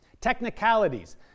technicalities